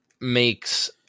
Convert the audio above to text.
makes